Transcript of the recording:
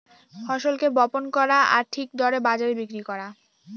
ফসলকে বপন করা আর ঠিক দরে বাজারে বিক্রি করা